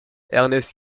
ernest